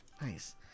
Nice